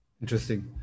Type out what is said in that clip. interesting